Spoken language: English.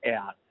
out